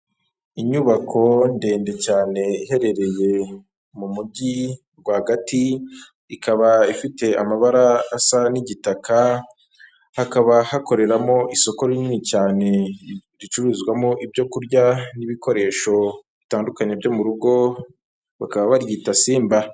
Inyubako ndende cyane iherereye mu mujyi rwagati ikaba ifite amabara asa n'igitaka, hakaba hakoreramo isoko rinini cyane ricuruzwamo ibyo kurya n'ibikoresho bitandukanye byo mu rugo bakaba baryita simba.